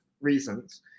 reasons